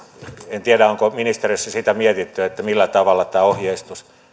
en tiedä onko ministeriössä sitä mietitty millä tavalla ohjeistus